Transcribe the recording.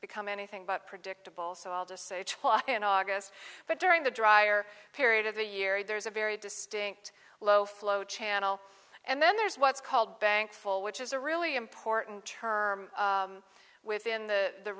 become anything but predictable so i'll just say in august but during the drier period of the year there's a very distinct low flow channel and then there's what's called bank full which is a really important term within the